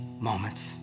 moments